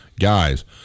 guys